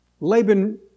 Laban